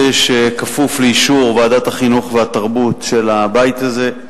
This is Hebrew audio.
שכפוף לאישור של ועדת החינוך והתרבות של הבית הזה.